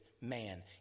man